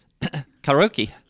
karaoke